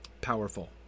powerful